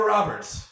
Roberts